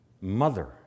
mother